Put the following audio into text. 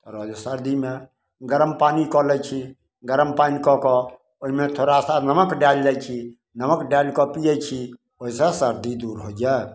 रहल जे सरदीमे गरम पानी कऽ लै छी गरम पानि कऽ कऽ ओहिमे थोड़ा सा नमक डालि दै छी नमक डालिकऽ पिए छी ओहिसँ सरदी दूर होइए